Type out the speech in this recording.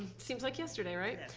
seems like yesterday, right?